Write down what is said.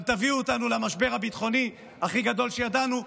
גם תביאו אותנו למשבר הביטחוני הכי גדול שידענו,